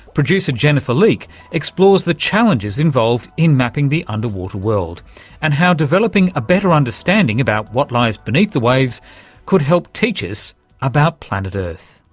producer jennifer leake explores the challenges involved in mapping the underwater world and how developing a better understanding about what lies beneath the waves could help teach us about planet earth.